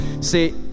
See